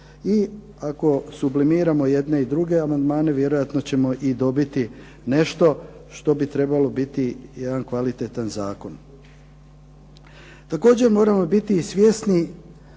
I ako sublimiramo i jedne i druge amandmane vjerojatno ćemo dobiti nešto što bi trebao biti kvalitetan Zakon. Također moramo biti svjesni